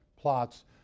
plots